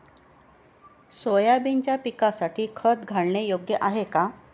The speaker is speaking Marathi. सोयाबीनच्या पिकासाठी खत घालणे योग्य आहे का?